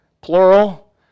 plural